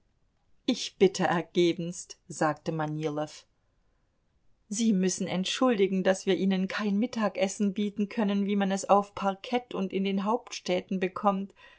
ich bitte ergebenst sagte manilow sie müssen entschuldigen daß wir ihnen kein mittagessen bieten können wie man es auf parkett und in den hauptstädten bekommt